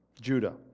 Judah